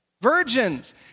virgins